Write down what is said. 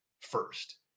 first